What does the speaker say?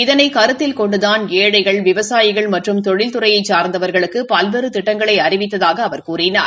இதனை கருத்தில் கொண்டுதான் ஏழைகள் விவசாயிகள் மற்றும் தொழில்துறையை சாா்ந்தவா்களுக்கு பல்வேறு திட்டங்களை அறிவித்ததாக அவர் தெரிவித்தார்